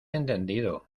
entendido